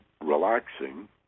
relaxing